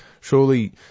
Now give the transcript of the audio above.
Surely